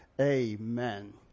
Amen